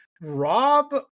Rob